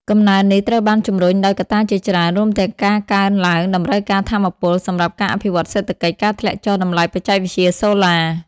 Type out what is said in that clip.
កំណើននេះត្រូវបានជំរុញដោយកត្តាជាច្រើន រួមទាំងការកើនឡើងតម្រូវការថាមពល សម្រាប់ការអភិវឌ្ឍសេដ្ឋកិច្ច ការធ្លាក់ចុះតម្លៃបច្ចេកវិទ្យាសូឡា។